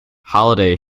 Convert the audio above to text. holliday